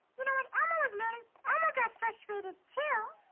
you know, when elmo was learning, elmo got frustrated too.